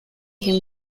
him